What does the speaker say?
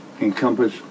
encompass